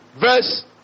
verse